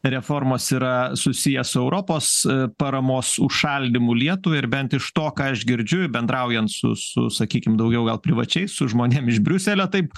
reformos yra susiję su europos paramos užšaldymu lietuvai ir bent iš to ką aš girdžiuir bendraujant su su sakykim daugiau gal privačiais su žmonėm iš briuselio taip